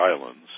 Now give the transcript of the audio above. islands